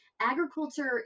agriculture